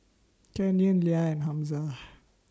Canyon Lea and Hamza